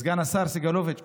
סגן השר סגלוביץ',